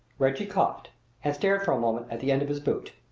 reggie coughed and stared for a moment at the end of his boot.